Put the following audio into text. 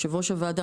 יושב ראש הוועדה,